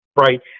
right